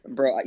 Bro